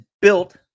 built